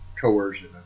coercion